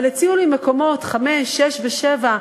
אבל הציעו מקומות חמש, שש ושבע.